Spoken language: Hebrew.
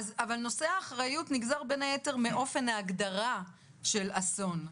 נושא האחריות נגזר גם מאופן ההגדרה של אסון,